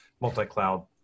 multi-cloud